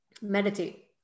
Meditate